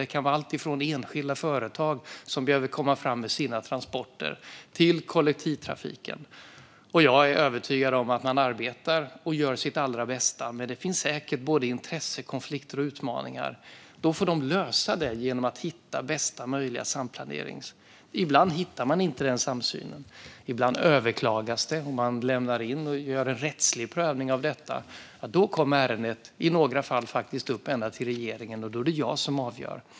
Det kan vara allt ifrån enskilda företag som behöver komma fram med sina transporter till kollektivtrafiken. Jag är övertygad om att man arbetar och gör sitt allra bästa, men det finns säkert både intressekonflikter och utmaningar. Då får de lösa det genom att hitta bästa möjliga samplanering. Ibland hittar man inte den samsynen. Ibland överklagas det, och man lämnar in och gör en rättslig prövning. Då kommer ärendet i några fall faktiskt upp ända till regeringen, och då är det jag som avgör.